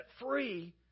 free